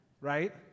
right